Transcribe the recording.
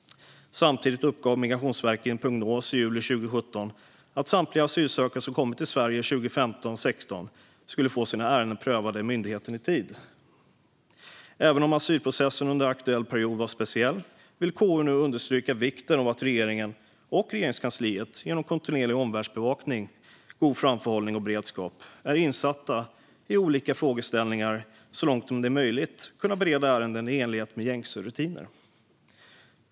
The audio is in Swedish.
Samtidigt uppgav Migrationsverket i en prognos i juli 2017 att samtliga asylsökande som kommit till Sverige 2015 och 2016 skulle få sina ärenden prövade av myndigheten i tid. Även om asylprocessen under aktuell period var speciell vill KU understryka vikten av att regeringen och Regeringskansliet genom kontinuerlig omvärldsbevakning, god framförhållning och beredskap är insatta i olika frågeställningar så att ärenden, så långt det är möjligt, kan beredas i enlighet med gängse rutiner.